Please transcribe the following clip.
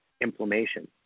inflammation